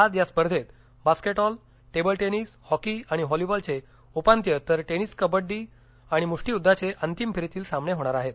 आज य स्पर्धेत बस्किटॉल टेबलटेनिस हॉकी आणि व्हॉलीबॉलचे उपन्तिय तर टेनीस कबड्डी आणि मुष्टियुद्धर्वि अंतिम फेरीतील सक्रिमे होणविआहेत